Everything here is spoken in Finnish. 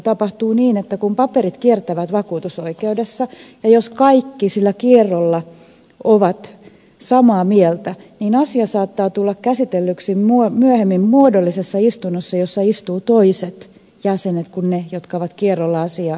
tapahtuu niin että kun paperit kiertävät vakuutusoikeudessa ja jos kaikki sillä kierrolla ovat samaa mieltä niin asia saattaa tulla käsitellyksi myöhemmin muodollisessa istunnossa jossa istuvat toiset jäsenet kuin he jotka ovat kierrolla asiaa käsitelleet